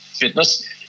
Fitness